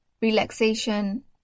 relaxation